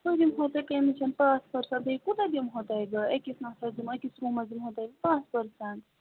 سُہ دِمہو تۄہہِ کَمِشَن پانٛژھ پٔرسَنٛٹ بیٚیہِ کوٗتاہ دِمہو تۄہہِ بہٕ أکِس نَفرَس دِمہو أکِس روٗمَس دِمہو تۄہہِ بہٕ پانٛژھ پٔرسَنٛٹ